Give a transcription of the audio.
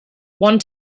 one